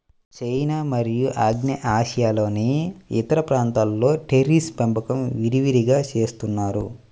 China మరియు ఆగ్నేయాసియాలోని ఇతర ప్రాంతాలలో టెర్రేస్ పెంపకం విరివిగా చేస్తున్నారు